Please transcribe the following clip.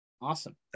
Awesome